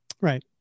Right